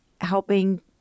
helping